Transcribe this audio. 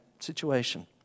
situation